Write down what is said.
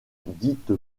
dite